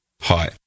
Hi